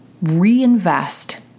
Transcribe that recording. reinvest